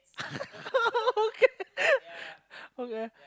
okay okay